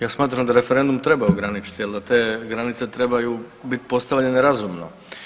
Ja smatram da referendum treba ograničiti jer da te granice trebaju biti postavljene razumno.